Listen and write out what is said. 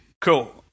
Cool